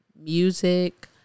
music